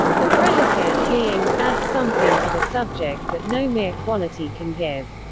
the predicate, being, adds something to the subject that no mere quality can give.